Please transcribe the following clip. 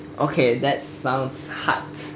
okay that sounds hard